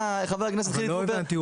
לא הבנתי,